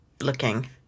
looking